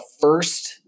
first